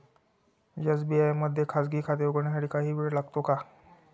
SBI मध्ये खाजगी खाते उघडण्यासाठी काही वेळ लागतो का?